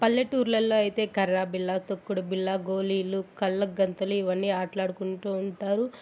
పల్లెటూర్లలో అయితే కర్రా బిల్లా తొక్కుడు బిల్ల గోలీలు కళ్లగంతులు ఇవన్నీ ఆటలు ఆడుకుంటు ఉంటారు